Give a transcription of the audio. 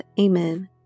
Amen